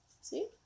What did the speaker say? See